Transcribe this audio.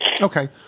okay